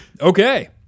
Okay